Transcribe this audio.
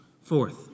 Fourth